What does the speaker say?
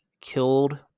killed